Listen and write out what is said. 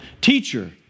Teacher